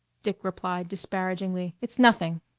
dick replied disparagingly. it's nothing.